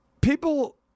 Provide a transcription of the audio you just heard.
people